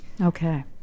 Okay